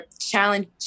challenge